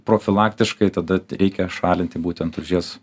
profilaktiškai tada reikia šalinti būtent tulžies